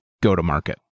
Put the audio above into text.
go-to-market